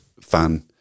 fan